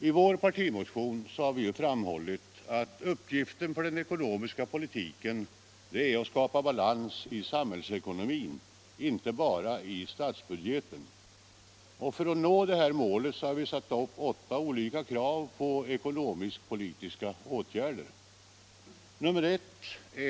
I vår partimotion har vi framhållit att uppgiften för den ekonomiska politiken är att skapa balans i samhällsekonomin — inte bara i statsbudgeten. För att nå detta mål har vi ställt upp åtta olika krav på ekonomiskpolitiska åtgärder: 1.